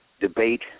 debate